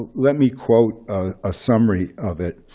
let me quote a summary of it.